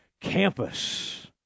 Campus